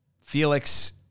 Felix